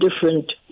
different